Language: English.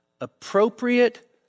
appropriate